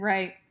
Right